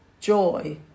joy